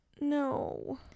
No